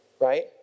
right